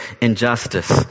injustice